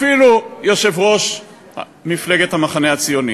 אפילו יושב-ראש מפלגת המחנה הציוני,